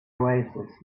oasis